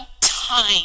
time